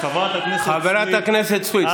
חברת הכנסת סויד,